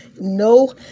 No